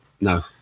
No